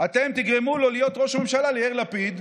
אתם תגרמו לו להיות ראש ממשלה, ליאיר לפיד,